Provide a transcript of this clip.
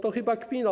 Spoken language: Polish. To chyba kpina.